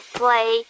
play